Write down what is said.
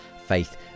Faith